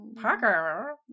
Parker